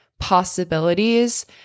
possibilities